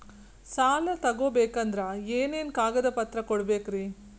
ಸಾಲ ತೊಗೋಬೇಕಂದ್ರ ಏನೇನ್ ಕಾಗದಪತ್ರ ಕೊಡಬೇಕ್ರಿ?